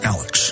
Alex